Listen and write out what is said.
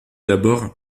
d’abord